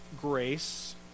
grace